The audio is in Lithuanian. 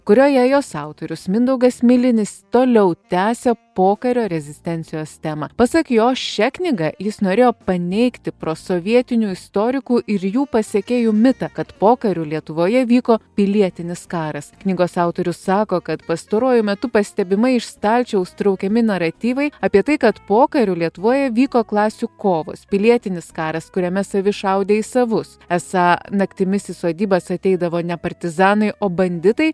kurioje jos autorius mindaugas milinis toliau tęsia pokario rezistencijos temą pasak jo šia knyga jis norėjo paneigti prosovietinių istorikų ir jų pasekėjų mitą kad pokariu lietuvoje vyko pilietinis karas knygos autorius sako kad pastaruoju metu pastebimai iš stalčiaus traukiami naratyvai apie tai kad pokariu lietuvoje vyko klasių kovos pilietinis karas kuriame savi šaudė į savus esą naktimis į sodybas ateidavo ne partizanai o banditai